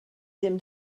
ddim